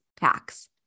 packs